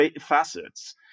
facets